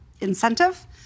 incentive